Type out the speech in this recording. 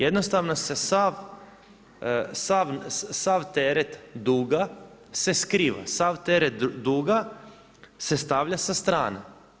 Jednostavno se sav teret duga, se skriva, sav teret duga se stavlja sa strane.